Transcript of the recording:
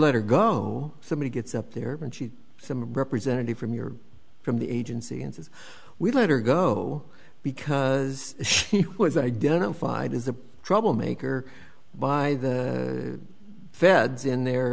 let her go somebody gets up there and she some representative from your from the agency and says we let her go because she was identified as a troublemaker by the feds in their